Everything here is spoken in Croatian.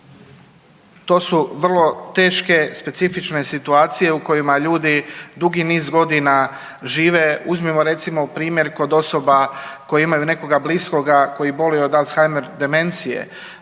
to su vrlo teške specifične situacije u kojima ljudi dugi niz godina žive. Uzmimo recimo primjer kod osoba koje imaju nekoga bliskoga koji boluje od alzheimer demencije.